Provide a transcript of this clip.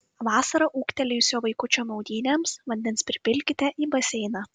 vasarą ūgtelėjusio vaikučio maudynėms vandens pripilkite į baseiną